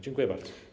Dziękuję bardzo.